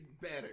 better